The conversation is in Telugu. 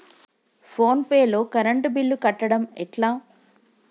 ఫోన్ పే లో కరెంట్ బిల్ కట్టడం ఎట్లా?